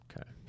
okay